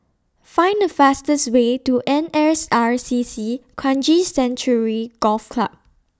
Find The fastest Way to N S R C C Kranji Sanctuary Golf Club